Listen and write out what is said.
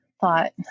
thought